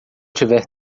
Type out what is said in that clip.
tiver